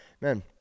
man